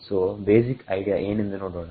so basic idea ಏನೆಂದು ನೋಡೋಣ